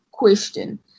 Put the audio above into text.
Question